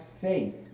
faith